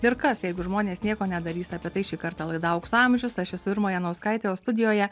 ir kas jeigu žmonės nieko nedarys apie tai šį kartą laida aukso amžius aš esu irma janauskaitė o studijoje